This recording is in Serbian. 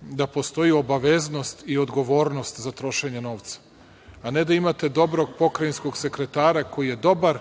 da postoje obaveznost i odgovornost za trošenje novca, a ne da imate dobrog pokrajinskog sekretara koji je dobar